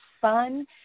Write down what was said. fun